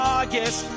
August